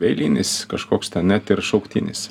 eilinis kažkoks ten net ir šauktinis